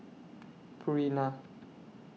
Purina